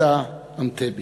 "מבצע אנטבה".